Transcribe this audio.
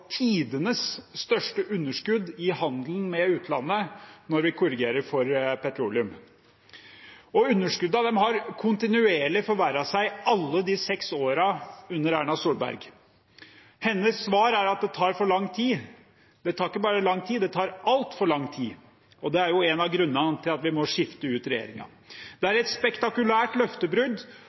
tidenes største underskudd i handelen med utlandet når vi korrigerer for petroleum, og underskuddene har kontinuerlig forverret seg alle de seks årene under Erna Solberg. Hennes svar er at det tar for lang tid. Det tar ikke bare lang tid, det tar altfor lang tid, og det er en av grunnene til at vi må skifte ut regjeringen. Det er et spektakulært løftebrudd,